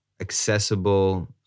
accessible